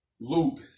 Luke